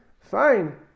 fine